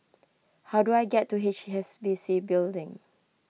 how do I get to H S B C Building